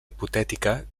hipotètica